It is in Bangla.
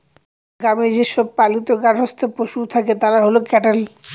গ্রামে যে সব পালিত গার্হস্থ্য পশু থাকে তারা হল ক্যাটেল